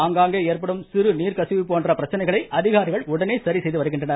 ஆங்காங்கே ஏற்படும் சிறு நீர்கசிவு போன்ற பிரச்சினைகளை அதிகாரிகள் உடனே சரிசெய்து வருகின்றனர்